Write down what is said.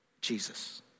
Jesus